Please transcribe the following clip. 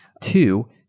Two